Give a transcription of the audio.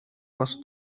бас